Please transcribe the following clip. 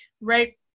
right